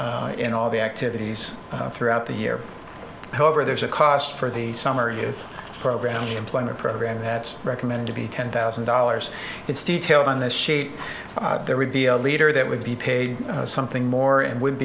in all the activities throughout the year however there's a cost for the summer youth programs and employment program that's recommend to be ten thousand dollars it's details on the shape there would be a leader that would be paid something more and w